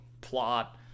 plot